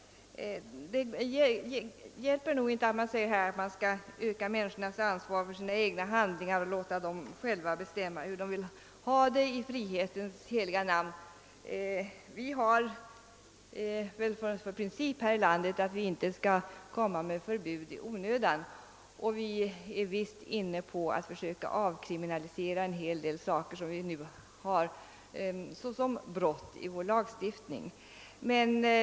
Det hjälper nog inte att försöka öka människors ansvar för egna handlingar och låta dem själva bestämma hur de i frihetens heliga namn vill ha det. Vi har här i landet som princip att inte komma med förbud i onödan, och vi är inne på att försöka avkriminalisera en hel del saker som nu betecknas som brott i vår lagstiftning.